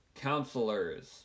counselors